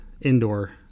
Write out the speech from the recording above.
Indoor